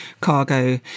Cargo